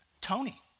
Tony